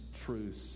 truths